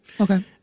Okay